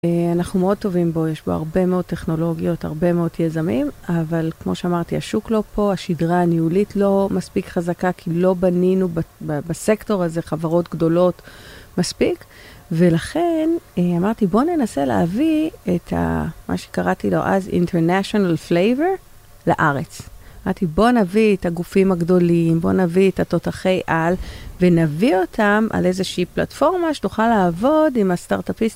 אנחנו מאוד טובים בו, יש בו הרבה מאוד טכנולוגיות, הרבה מאוד יזמים, אבל כמו שאמרתי, השוק לא פה, השדרה הניהולית לא מספיק חזקה, כי לא בנינו בסקטור הזה חברות גדולות מספיק, ולכן אמרתי, בוא ננסה להביא את מה שקראתי לו אז, International Flavor, לארץ. אמרתי, בוא נביא את הגופים הגדולים, בוא נביא את התותחי על, ונביא אותם על איזושהי פלטפורמה שנוכל לעבוד עם הסטארט-אפיסט,